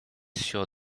sur